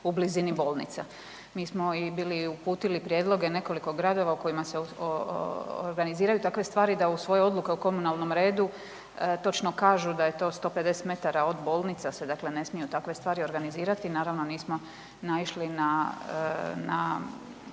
u blizini bolnica. Mi smo i bili i uputili prijedloge u nekoliko gradova u kojima se organiziraju takve stvari da u svoje odluke o komunalnom redu točno kažu da je to 150 m od bolnice se dakle ne smiju takve stvari organizirati, naravno, mi smo naišli na